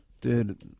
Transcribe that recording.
Dude